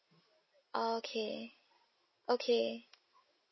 oh okay okay